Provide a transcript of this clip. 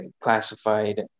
classified